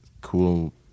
cool